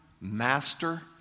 master